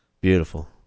beautiful